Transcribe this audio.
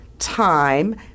time